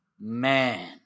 Man